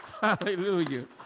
Hallelujah